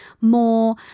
more